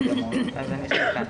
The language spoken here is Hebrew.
אני שמחה.